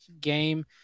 game